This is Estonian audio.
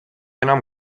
enam